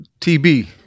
TB